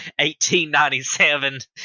1897